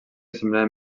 semblaven